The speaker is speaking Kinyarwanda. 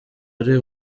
ari